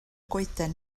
goeden